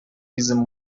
diese